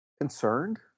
Concerned